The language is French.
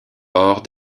hors